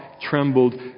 trembled